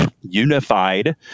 Unified